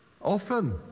Often